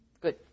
Good